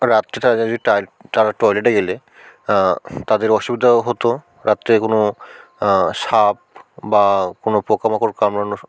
আর রাত্রে তারা যদি টায় তারা টয়লেটে গেলে তাদের অসুবিধাও হতো রাত্রে কোনও সাপ বা কোনও পোকামাকড় কামড়ানো